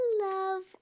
love